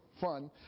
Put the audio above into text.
fun